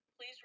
Please